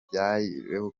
byabayeho